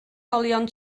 olion